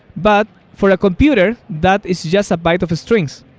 but for a computer, that is just a byte of strings.